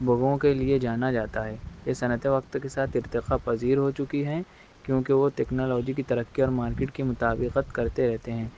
بگوں کے لیے جانا جاتا ہے یہ صنعتیں وقت کے ساتھ ارتقا پذیر ہو چکی ہیں کیونکہ وہ ٹیکنالوجی کی ترقی اور مارکیٹ کے مطابقت کرتے رہتے ہیں